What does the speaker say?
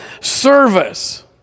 service